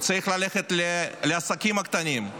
הוא צריך ללכת לעסקים הקטנים,